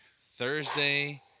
Thursday